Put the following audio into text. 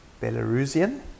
Belarusian